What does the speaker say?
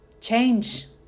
Change